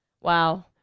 wow